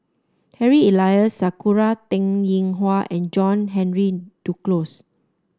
Harry Elias Sakura Teng Ying Hua and John Henry Duclos